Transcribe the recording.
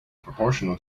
proportional